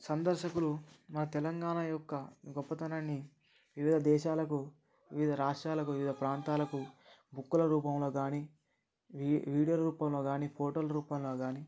సందర్శకులు మన తెలంగాణ యొక్క గొప్పతనాన్ని వివిధ దేశాలకు వివిధ రాష్ట్రాలకు వివిధ ప్రాంతాలకు బుక్కుల రూపంలో కానీ వీ వీడియోల రూపంలో కానీ ఫోటోల రూపంలోకానీ